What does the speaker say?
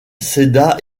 céda